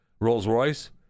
Rolls-Royce